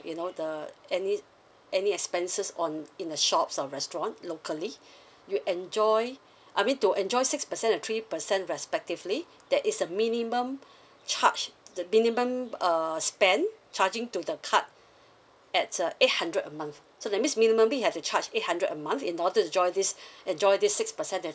you know the any any expenses on in the shops or restaurant locally you enjoy I mean to enjoy six percent a three percent respectively that is the minimum charge the minimum err spend charging to the card that's a eight hundred a month so that means minimally you have to charge eight hundred a month in order to join this enjoy this six percent and